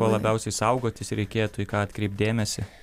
ko labiausiai saugotis reikėtų į ką atkreipt dėmesį